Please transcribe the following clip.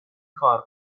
کار